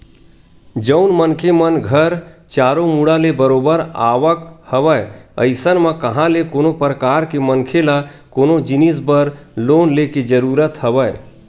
जउन मनखे मन घर चारो मुड़ा ले बरोबर आवक हवय अइसन म कहाँ ले कोनो परकार के मनखे ल कोनो जिनिस बर लोन लेके जरुरत हवय